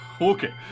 okay